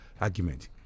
argument